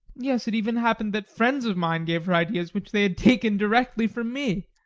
yes, it even happened that friends of mine gave her ideas which they had taken directly from me,